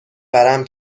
ورم